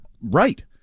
Right